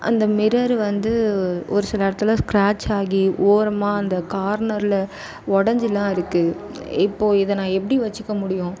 அந்த மிரர் வந்து ஒரு சில இடத்துல ஸ்கிராட்ச் ஆகி ஓரமாக அந்த கார்னரில் உடஞ்சிலாம் இருக்குது இப்போது இதைநான் எப்படி வச்சுக்க முடியும்